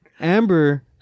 Amber